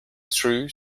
true